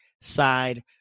side